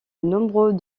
nombreux